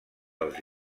dels